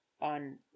on